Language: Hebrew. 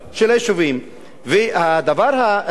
הדבר השלישי והאחרון,